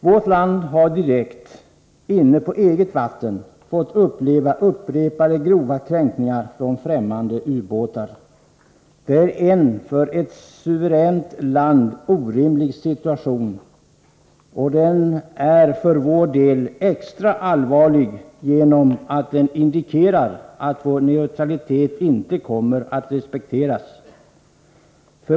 Vårt land har direkt — inne på eget vatten — fått uppleva upprepade grova kränkningar från främmande ubåtar. Detta är en för ett suveränt land orimlig situation, och den är för vår del extra allvarlig genom att den indikerar att vår neutralitet inte kommer att respekteras.